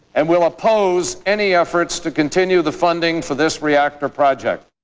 and will oppose any efforts to continue the funding for this reactor project.